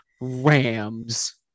Rams